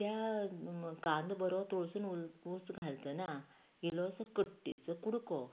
त्या कांदो बरो तळसून उंच घालतना इल्लोसो कट्टेचो कुडको